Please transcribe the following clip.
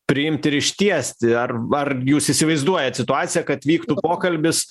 priimt ir ištiesti ar ar jūs įsivaizduojat situaciją kad vyktų pokalbis